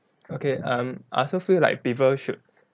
okay um I also feel like people should